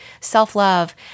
self-love